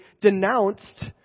denounced